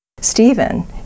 Stephen